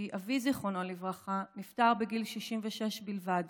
כי אבי, זיכרונו לברכה, נפטר בגיל 66 בלבד